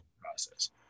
process